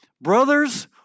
brothers